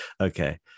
Okay